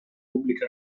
pubblica